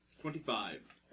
Twenty-five